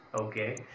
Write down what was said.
Okay